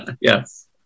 Yes